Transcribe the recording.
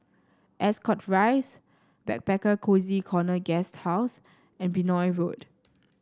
Ascot Rise Backpacker Cozy Corner Guesthouse and Benoi Road